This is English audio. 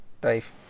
Dave